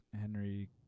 Henry